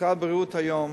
משרד הבריאות היום,